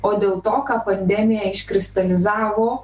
o dėl to ką pandemija iškristalizavo